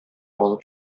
алып